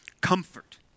comfort